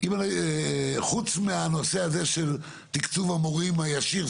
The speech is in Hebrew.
חוץ מהנושא הזה של תקצוב המורים הישיר,